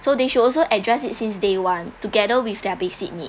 so they should also address it since day one together with their basic need